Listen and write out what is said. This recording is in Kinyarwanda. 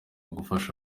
gufasha